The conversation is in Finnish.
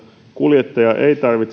kuljettaja ei tarvitsisi